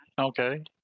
okay